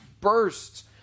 bursts